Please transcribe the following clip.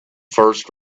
first